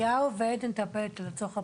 גיא אליהו ועדן טפט, לצורך הפרוטוקול.